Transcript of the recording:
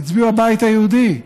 הצביעו הבית היהודי,